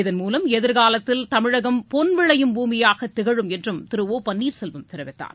இதன் மூலம் எதிர்காலத்தில் தமிழகம் பொன்விளையும் பூமியாக திகழும் என்றும் திரு ஒ பன்னீர்செல்வம் தெரிவித்தார்